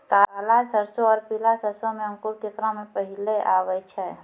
काला सरसो और पीला सरसो मे अंकुर केकरा मे पहले आबै छै?